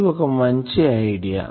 ఇది ఒక మంచి ఐడియా